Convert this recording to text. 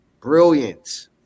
brilliant